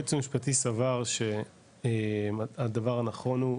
הייעוץ המשפטי סבר שהדבר הנכון הוא,